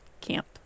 camp